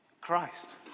Christ